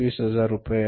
25000 रुपये बरोबर